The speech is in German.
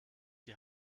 die